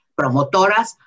promotoras